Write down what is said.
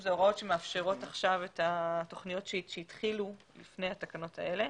אלה הוראות שמאפשרות עכשיו את התוכניות שהתחילו לפני התקנות האלה.